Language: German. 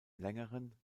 längeren